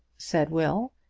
said will.